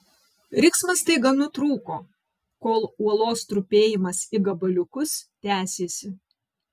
riksmas staiga nutrūko kol uolos trupėjimas į gabaliukus tęsėsi